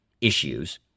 issues